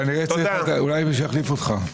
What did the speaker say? אולי מישהו יחליף אותך.